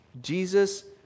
Jesus